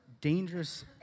dangerous